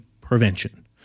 prevention